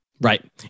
Right